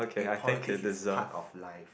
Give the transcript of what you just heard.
eh politics is part of life